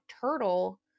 turtle